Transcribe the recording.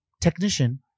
Technician